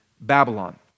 Babylon